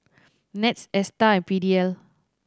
NETS Astar and P D L